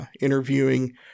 interviewing